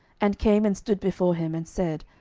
and came and stood before him, and said,